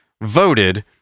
voted